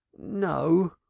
no,